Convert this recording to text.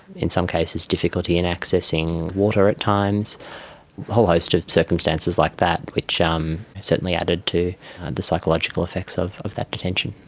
in some cases difficulty and accessing water at times, a whole host of circumstances like that which um certainly added to the psychological effects of of that detention.